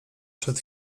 przed